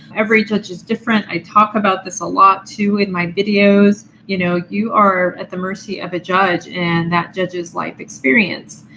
every judge is different. i talk about this a lot, too, in my videos. you know you are at the mercy of a judge and that judge's life experience.